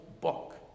book